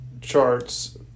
charts